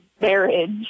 marriage